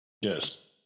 Yes